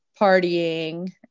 partying